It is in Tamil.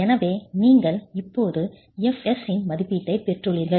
எனவே நீங்கள் இப்போது fs இன் மதிப்பீட்டைப் பெற்றுள்ளீர்கள்